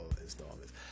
installments